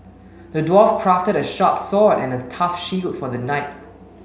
the dwarf crafted a sharp sword and a tough shield for the knight